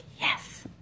yes